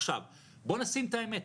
בוא נשים את האמת,